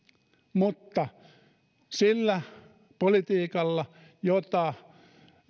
mutta sillä politiikalla jota